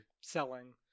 selling